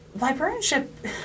librarianship